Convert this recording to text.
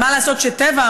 אבל מה לעשות שטבע,